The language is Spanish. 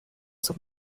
sus